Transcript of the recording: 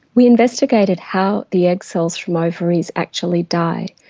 we investigated how the egg cells from ovaries actually die.